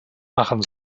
machen